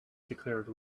declared